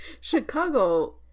Chicago